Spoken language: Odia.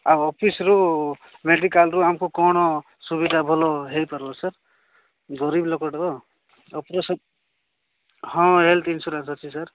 ଆଉ ଅଫିସ୍ରୁ ମେଡ଼ିକାଲ୍ରୁ ଆମକୁ କ'ଣ ସୁବିଧା ଭଲ ହୋଇପାରିବ ସାର୍ ଗରିବ ଲୋକଟେ ତ ଅପରେସନ୍ ହଁ ହେଲ୍ଥ୍ ଇନ୍ସୁରାନ୍ସ୍ ଅଛି ସାର୍